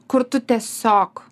kur tu tiesiog